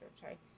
sorry